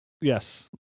Yes